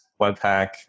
Webpack